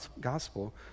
gospel